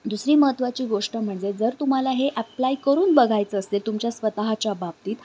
दुसरी महत्वाची गोष्ट म्हणजे जर तुम्हाला हे ॲप्लाय करून बघायचं असते तुमच्या स्वतःच्या बाबतीत